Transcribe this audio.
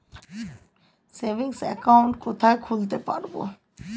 Savings account কোথায় খুলতে পারব?